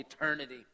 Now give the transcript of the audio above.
eternity